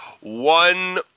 one